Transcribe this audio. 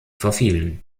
verfielen